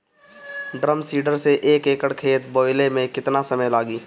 Drum seeder से एक एकड़ खेत बोयले मै कितना समय लागी?